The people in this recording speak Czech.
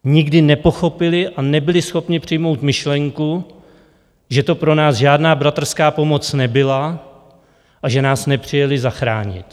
Nikdy nepochopili a nebyli schopni přijmout myšlenku, že to pro nás žádná bratrská pomoc nebyla a že nás nepřijeli zachránit.